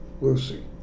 Lucy